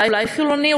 אולי חילוני,